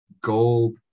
gold